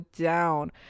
down